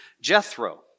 Jethro